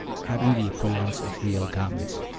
having the appearance of real garments.